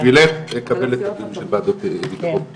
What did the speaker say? אז לאה בשבילך, לקבל הזמנות לוועדות פנים.